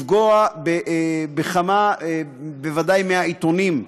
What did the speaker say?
לפגוע בכמה מהעיתונים.